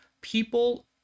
people